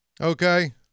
Okay